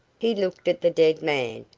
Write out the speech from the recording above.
he looked at the dead man,